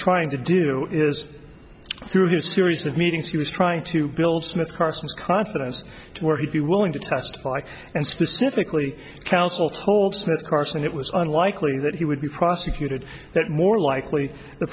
trying to do is through a series of meetings he was trying to build smith carson's confidence where he'd be willing to testify and specifically counsel told smith carson it was unlikely that he would be prosecuted that more likely the